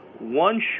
one